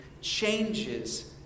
changes